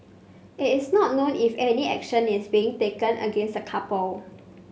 it is not known if any action is being taken against the couple